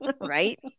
Right